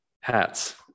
hats